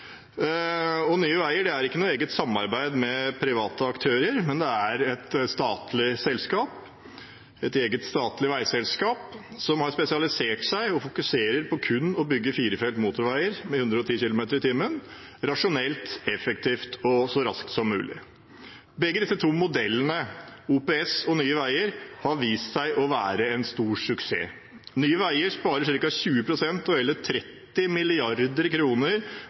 «baby». Nye Veier er ikke noe eget samarbeid med private aktører, men det er et eget statlig veiselskap som er spesialisert og fokuserer på kun å bygge firefelts motorveier med 110 km/t så rasjonelt, effektivt og raskt som mulig. Begge disse to modellene, OPS og Nye Veier, har vist seg å være en stor suksess. Nye Veier sparer ca. 20 pst. og hele 30